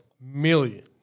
Million